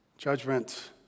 Judgment